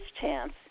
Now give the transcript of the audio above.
chance